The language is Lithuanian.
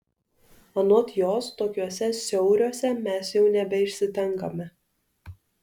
anot jos tokiuose siauriuose mes jau nebeišsitenkame